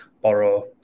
borrow